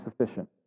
sufficient